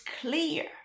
clear